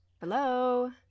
Hello